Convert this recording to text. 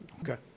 Okay